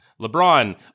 LeBron